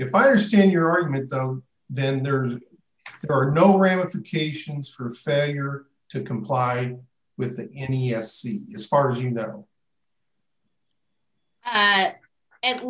if i understand your argument though then there are no ramifications for failure to comply with that any yes as far as you know and